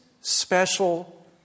special